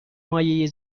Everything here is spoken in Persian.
مایع